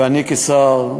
ואני כשר,